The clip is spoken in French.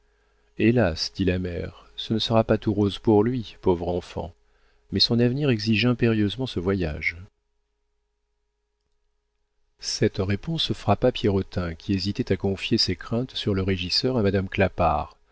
hélas dit la mère ce ne sera pas tout roses pour lui pauvre enfant mais son avenir exige impérieusement ce voyage cette réponse frappa pierrotin qui hésitait à confier ses craintes sur le régisseur à madame